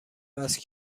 وصل